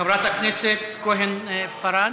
חברת הכנסת כהן-פארן.